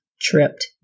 tripped